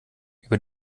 über